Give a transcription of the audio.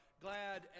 glad